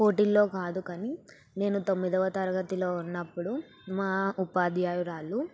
పోటీల్లో కాదు కానీ నేను తొమ్మిదవ తరగతిలో ఉన్నప్పుడు మా ఉపాధ్యాయురాలు